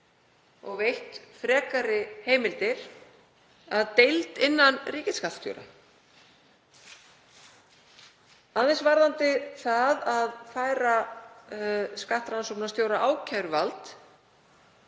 og veitt frekari heimildir, að deild innan ríkisskattstjóra. Aðeins varðandi það að færa skattrannsóknarstjóra ákæruvald,